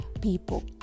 people